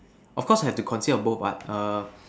of course have to consist of both what err